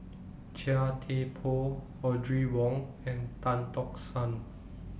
Chia Thye Poh Audrey Wong and Tan Tock San